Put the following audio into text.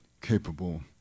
capable